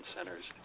Centers